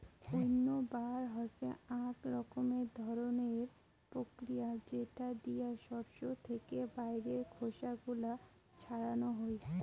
উইন্নবার হসে আক রকমের ধরণের প্রতিক্রিয়া যেটা দিয়া শস্য থেকে বাইরের খোসা গুলো ছাড়ানো হই